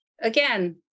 again